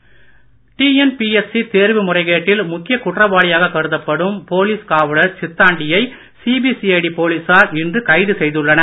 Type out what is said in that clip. Sithandi TNPSC தேர்வு முறைகேட்டில் முக்கிய குற்றவாளியாக கருதப்படும் போலீஸ் காவலர் சித்தாண்டியை சிபிசிஜடி போலீசார் இன்று கைது செய்துள்ளனர்